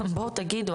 בואו תגידו,